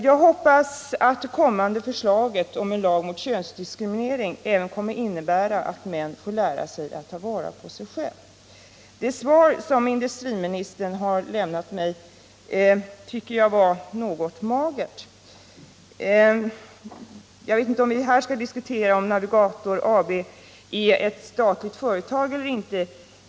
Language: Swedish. Jag hoppas att förslaget om en lag mot könsdiskriminering kommer att innebära att även män får lära sig att ta vara på sig själva. Det svar som industriministern har lämnat mig är något magert. Jag vet inte om vi här skall diskutera huruvida Svenska Navigator AB är ett statligt företag eller inte.